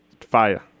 Fire